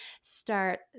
start